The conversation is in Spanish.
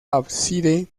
ábside